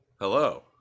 Hello